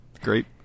Great